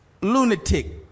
lunatic